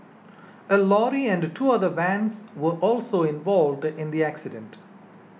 a lorry and two other vans were also involved in the accident